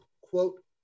quote